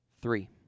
Three